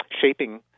shaping